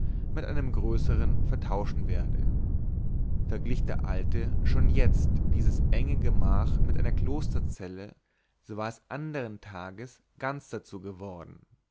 mit einem größern vertauschen werde verglich der alte schon jetzt dieses enge gemach mit einer klosterzelle so war es andern tages ganz dazu geworden